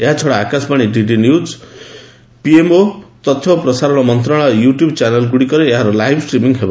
ଏହାଛଡା Akashvani DD news PMO ଓ ତଥ୍ୟ ପ୍ରସାରଣ ମନ୍ତ୍ରଣାଳୟ ୟୁଟ୍ୟୁବ୍ ଚ୍ୟାନେଲ ଗୁଡ଼ିକରେ ଏହାର ଲାଇଭ୍ ଷ୍ଟ୍ରିମିଙ୍ଗ ହେବ